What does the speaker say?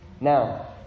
Now